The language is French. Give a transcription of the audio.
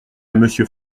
monsieur